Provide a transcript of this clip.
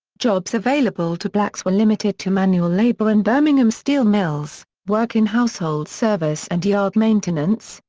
jobs available to blacks were limited to manual labor in birmingham's steel mills, work in household service and yard maintenance,